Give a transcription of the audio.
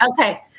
Okay